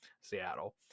Seattle